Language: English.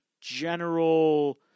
general –